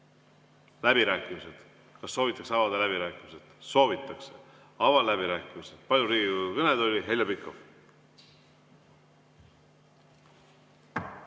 Läbirääkimised. Kas soovitakse avada läbirääkimised? Soovitakse. Avan läbirääkimised. Palun Riigikogu kõnetooli Heljo Pikhofi.